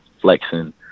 flexing